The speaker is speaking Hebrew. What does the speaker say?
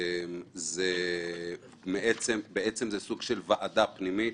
זה סוג של ועדה פנימית